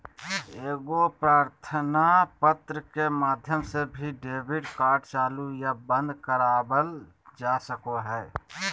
एगो प्रार्थना पत्र के माध्यम से भी डेबिट कार्ड चालू या बंद करवावल जा सको हय